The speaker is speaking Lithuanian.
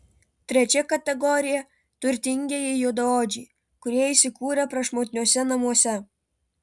trečia kategorija turtingieji juodaodžiai kurie įsikūrę prašmatniuose namuose